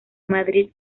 madrid